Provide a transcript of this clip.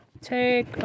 Take